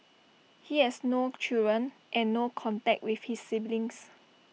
he has no children and no contact with his siblings